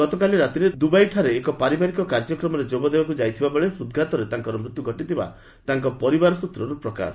ଗତକାଲି ରାତିରେ ଦୁବାଇଠାରେ ଏକ ପାରିବାରିକ କାର୍ଯ୍ୟକ୍ରମରେ ଯୋଗ ଦେବାକୁ ଯାଇଥିବା ବେଳେ ହୃଦ୍ଘାତରେ ତାଙ୍କର ମୃତ୍ୟୁ ଘଟିଥିବା ତାଙ୍କ ପରିବାର ସୂତ୍ରରୁ ପ୍ରକାଶ